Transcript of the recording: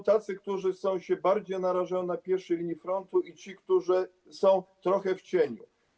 Są tacy, którzy są bardziej narażeni na pierwszej linii frontu, i tacy, którzy są trochę w cieniu.